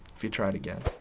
if he tried again.